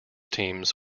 teams